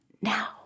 now